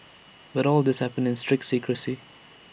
but all this happened in strict secrecy